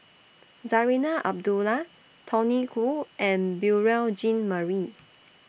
Zarinah Abdullah Tony Khoo and Beurel Jean Marie